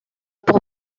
pour